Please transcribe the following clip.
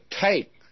take